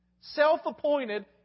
Self-appointed